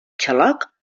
xaloc